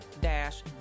dash